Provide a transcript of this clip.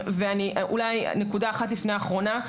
נקודה אחת לפני האחרונה,